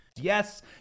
Yes